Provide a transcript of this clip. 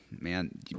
Man